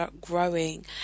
growing